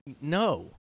no